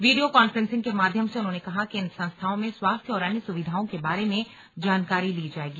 video conferencing के माध्यम से उन्होंने कहा कि इन संस्थाओं में स्वास्थ्य और अन्य सुविधाओं के बारे में जानकारी ली जाएगी